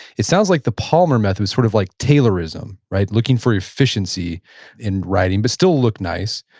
it sounds like the palmer method was sort of like tailorism. right? looking for efficiency in writing, but still look nice.